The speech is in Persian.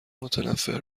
متنفر